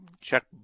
check